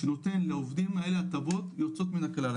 שנותן לעובדים האלה הטבות יוצאות מן הכלל.